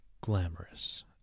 glamorous